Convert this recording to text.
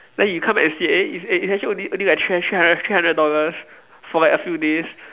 then you come back and see eh it's ac~ it's actually only only like three hun~ three hundred three hundred dollars for like a few days